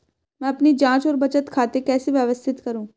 मैं अपनी जांच और बचत खाते कैसे व्यवस्थित करूँ?